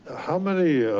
how many yeah